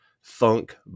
funk